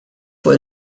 fuq